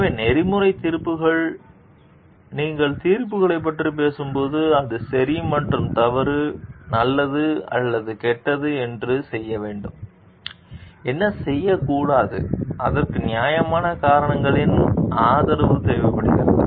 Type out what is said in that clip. எனவே நெறிமுறை தீர்ப்புகள் நீங்கள் தீர்ப்புகளைப் பற்றி பேசும்போது அது சரி மற்றும் தவறு நல்லது அல்லது கெட்டது என்ன செய்ய வேண்டும் என்ன செய்யக்கூடாது அதற்கு நியாயமான காரணங்களின் ஆதரவு தேவைப்படுகிறது